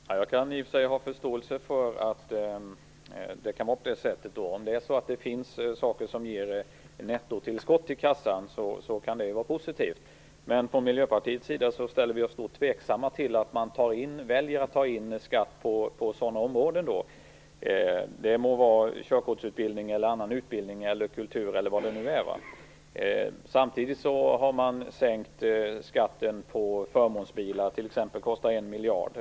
Herr talman! Jag kan i och för sig ha förståelse för att det kan vara på det sättet. Om det finns sådant som ger ett nettotillskott till kassan kan detta vara positivt. Men vi från Miljöpartiet ställer oss tveksamma till att man väljer att ta in en skatt från dessa områden - det må vara körkortsutbildning, annan utbildning eller kultur. Samtidigt har man sänkt skatten på förmånsbilar till en kostnad av 1 miljard.